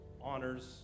honors